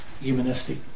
humanistic